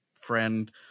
friend